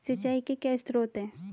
सिंचाई के क्या स्रोत हैं?